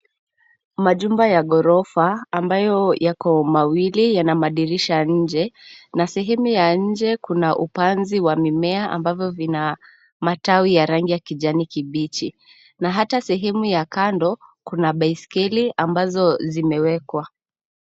Majumba ya ghorofa ambayo yako mawili, yana madirisha nje na sehemu ya nje kuna upanzi wa mimea ambavyo vina matawi ya rangi ya kijani kibichi na hata sehemu ya kando kuna baiskeli ambazo zimewekwa.